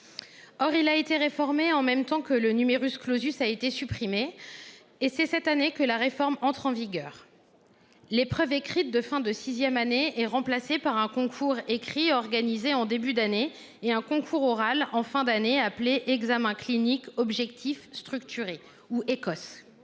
Or il a été réformé en même temps que le a été supprimé. C’est cette année que la réforme entre en vigueur : l’épreuve écrite de fin de sixième année est remplacée par un concours écrit organisé en début d’année et un concours oral en fin d’année appelé Examen clinique objectif et structuré (Ecos).